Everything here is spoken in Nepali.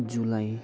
जुलाई